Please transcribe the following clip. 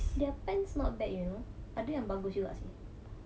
their pens not bad you know I think bagus juga sia